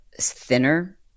thinner